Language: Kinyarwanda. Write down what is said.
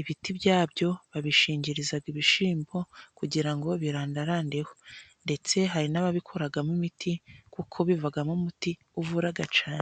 ibiti byabyo babishingiriza ibishyimbo kugira ngo birandarandeho, ndetse hari n'ababikoramo imiti, kuko bivamo umuti uvura cyane.